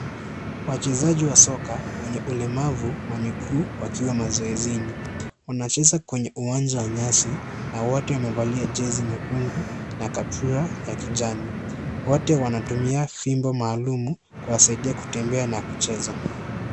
Wachezaji wa soka wenye ulemavu wa miguu wakiwa mazoezini. Wanacheza kwenye uwanja wa nyasi na wote wamevalia jesi nyekundu na kaptura ya kijani. Wote wanatumia fimbo maalum kuwasaidia kutembea na kucheza.